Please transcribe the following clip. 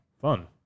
fun